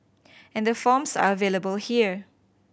and the forms are available here